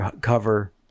cover